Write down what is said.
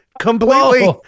completely